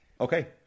Okay